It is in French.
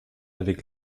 avec